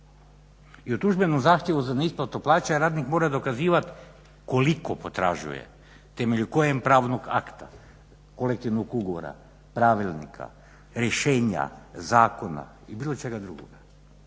i u tužbenom zahtjevu za neisplatu plaća radnik mora dokazivati koliko potražuje, temeljem kojeg pravnog akta kolektivnog ugovora, pravilnika, rješenja, zakona i bilo čega drugoga.